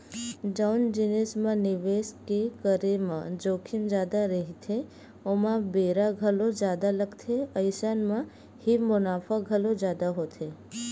जउन जिनिस म निवेस के करे म जोखिम जादा रहिथे ओमा बेरा घलो जादा लगथे अइसन म ही मुनाफा घलो जादा होथे